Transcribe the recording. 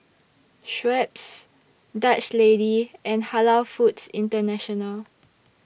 Schweppes Dutch Lady and Halal Foods International